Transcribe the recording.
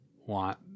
want